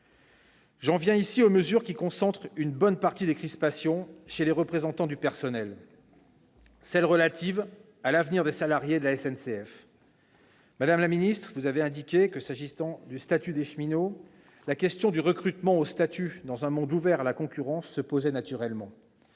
J'en viens aux mesures qui concentrent une bonne partie des crispations des représentants du personnel, les mesures relatives à l'avenir des salariés de la SNCF. Madame la ministre, vous avez indiqué que la question du recrutement au statut de cheminot dans un monde ouvert à la concurrence se posait naturellement.